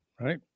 right